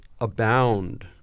abound